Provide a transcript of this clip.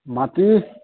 মাটি